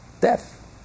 death